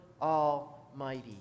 Almighty